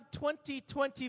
20/20